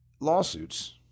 lawsuits